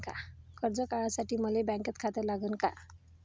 कर्ज काढासाठी मले बँकेत खातं लागन का?